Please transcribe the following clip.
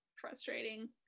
frustrating